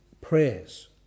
prayers